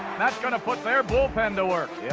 that's going to put their bullpen to work.